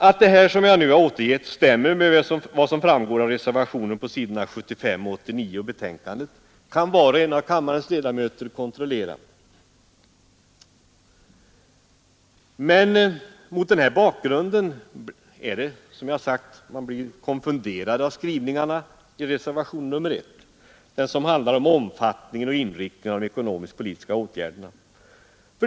Att det som jag nu återgivit stämmer med vad som anförs i reservationerna på s. 75—89 i betänkandet kan var och en av kammarens ledamöter kontrollera. Men mot den bakgrunden blir man, som jag sagt, konfunderad av skrivningarna i reservationen 1, som handlar om omfattningen och inriktningen av de ekonomisk-politiska åtgärderna.